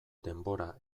denbora